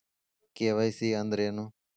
KYC ಅಂದ್ರೇನು?